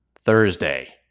Thursday